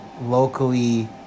locally